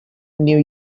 new